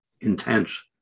intense